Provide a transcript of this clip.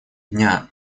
дня